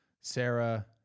Sarah